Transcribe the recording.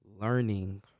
learning